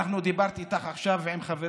אני דיברתי איתך עכשיו, עם חברי